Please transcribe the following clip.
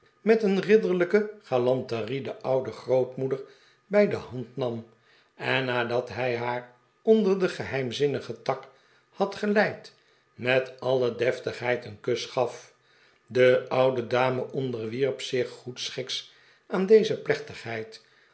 met een ridderlijke galanterie de oude grootmoeder bij de hand nam en nadat hij haar onder den geheimzinnigen tak had geleid met alle deftigheid een kus gaf de oude dame onderwierp zich goedschiks aan deze plechtigheid